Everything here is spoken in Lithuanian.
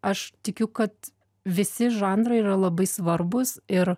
aš tikiu kad visi žanrai yra labai svarbūs ir